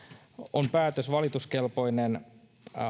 on päätös valituskelpoinen